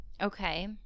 Okay